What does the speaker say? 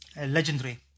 legendary